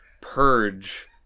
purge